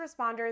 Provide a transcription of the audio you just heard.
responders